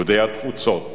יהודי התפוצות